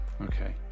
Okay